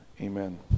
amen